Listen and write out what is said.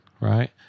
right